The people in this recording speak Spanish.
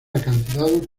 acantilados